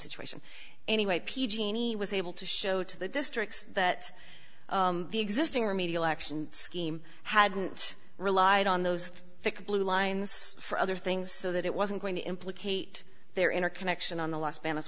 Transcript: situation anyway p g any was able to show to the districts that the existing remedial action scheme hadn't relied on those blue lines for other things so that it wasn't going to implicate their inner connection on the l